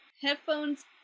Headphones